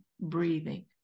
breathing